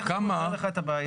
איך זה פותר לך את הבעיה?